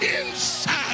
inside